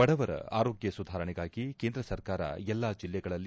ಬಡವರ ಆರೋಗ್ಯ ಸುಧಾರಣೆಗಾಗಿ ಕೇಂದ್ರ ಸರ್ಕಾರ ಎಲ್ಲಾ ಜಿಲ್ಲೆಗಳಲ್ಲಿ